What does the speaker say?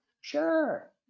Sure